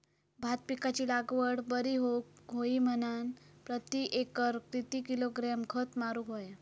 भात पिकाची लागवड बरी होऊक होई म्हणान प्रति एकर किती किलोग्रॅम खत मारुक होया?